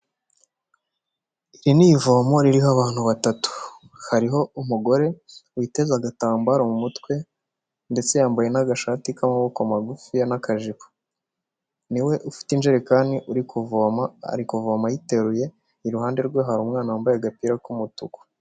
Iri ni ivomo ririho abantu batatu, hariho umugore witeze agatambaro mu mutwe ndetse yambaye n'agashati k'amaboko magufiya n'akajipo, niwe ufiite ijerekani uri kuvoma, ari kuvoma ayiteruye, iruhande rwe hari umwana wambaye agapira k'umutuku.